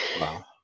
Wow